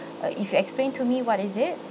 uh if you explain to me what is it